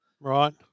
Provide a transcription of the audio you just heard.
Right